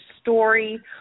story